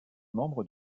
membre